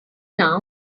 now